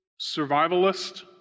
survivalist